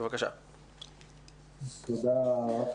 תודה.